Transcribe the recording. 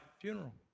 funeral